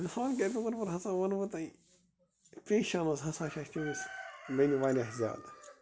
مِثال کے طور پر ہسا وَنہٕ بہٕ تۅہہِ پیٚشَنٕس ہسا چھِ اَسہِ تٔمِس بیٚنہِ وارِیاہ زیادٕ